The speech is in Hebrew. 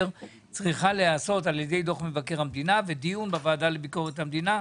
צריכה להיעשות על ידי דוח מבקר המדינה ודיון בוועדה לביקורת המדינה,